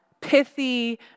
pithy